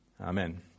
Amen